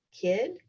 kid